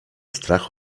strach